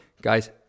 guys